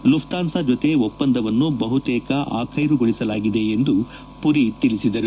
Lufthansa ಜೊತೆ ಒಪ್ಪಂದವನ್ನು ಬಹುತೇಕ ಆಖ್ಯೆರುಗೊಳಿಸಲಾಗಿದೆ ಎಂದು ಪುರಿ ತಿಳಿಸಿದರು